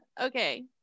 okay